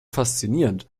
faszinierend